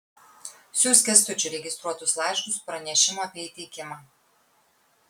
siųsk kęstučiui registruotus laiškus su pranešimu apie įteikimą